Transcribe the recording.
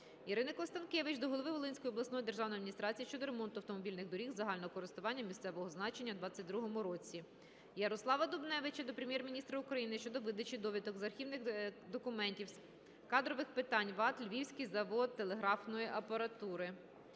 Ірини Констанкевич до голови Волинської обласної державної адміністрації щодо ремонту автомобільних доріг загального користування місцевого значення у 2022 році. Ярослава Дубневича до Прем'єр-міністра України щодо видачі довідок з архівних документів з кадрових питань ВАТ "Львівський завод телеграфної апаратури".